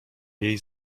jej